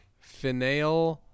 Finale